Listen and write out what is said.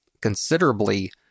considerably